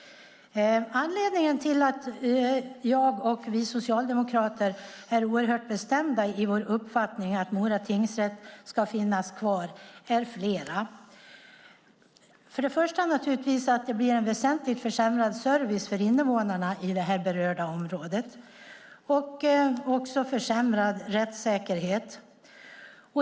Anledningarna till att jag och vi socialdemokrater är oerhört bestämda i vår uppfattning att Mora tingsrätt ska finnas kvar är flera. Först och främst blir det en väsentligt försämrad service för invånarna i det berörda området. Det blir också en försämrad rättssäkerhet.